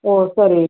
ஓ சரி